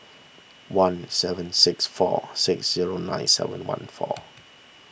one seven six four six zero nine seven one four